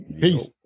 Peace